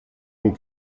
ont